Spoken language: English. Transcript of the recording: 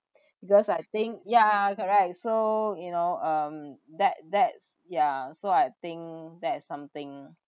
because I think ya correct so you know um that that's yeah so I think that's something